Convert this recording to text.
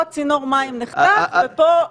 פה צינור מים נחתך ופה כביש גישה נסלל.